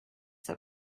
that